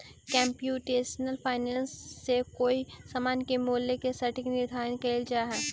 computational finance से कोई समान के मूल्य के सटीक निर्धारण कैल जा हई